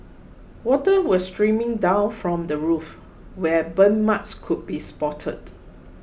water was streaming down from the roof where burn marks could be spotted